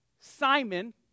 Simon